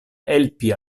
helpi